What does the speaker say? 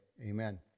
Amen